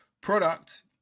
product